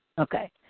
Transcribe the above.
Okay